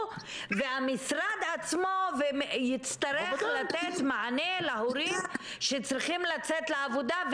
והמשרד עצמו הצטרך לתת מענה להורים שצריכים לצאת לעבודה,